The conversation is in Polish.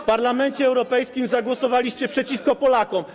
W Parlamencie Europejskim zagłosowaliście przeciwko Polakom.